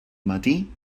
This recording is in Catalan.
matí